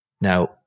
Now